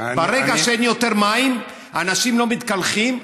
ברגע שאין יותר מים אנשים לא מתקלחים,